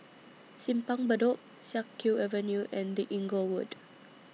Simpang Bedok Siak Kew Avenue and The Inglewood